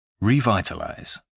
Revitalize